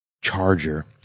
charger